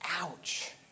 Ouch